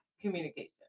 communication